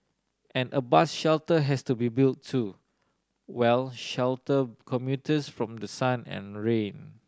and a bus shelter has to be built to well shelter commuters from the sun and rain